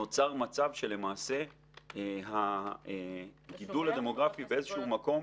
נוצר מצב שלמעשה הגידול הדמוגרפי באיזשהו מקום